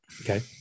Okay